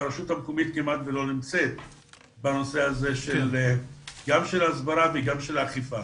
שהרשות המקומית כמעט ולא נמצאת בנושא גם של הסברה וגם של אכיפה